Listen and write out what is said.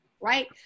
right